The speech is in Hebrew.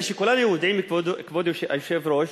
הרי כולנו יודעים, כבוד היושב-ראש,